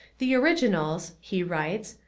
the originals, he writes,